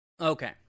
Okay